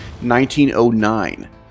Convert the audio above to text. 1909